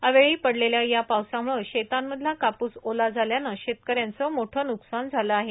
अवेळी पडलेल्या या पावसाम्ळे शेतांमधला कापूस ओला झाल्याने शेतकऱ्यांच मोठं न्कसान झालं आहे